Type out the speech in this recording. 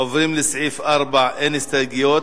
עוברים לסעיף 4, אין הסתייגויות.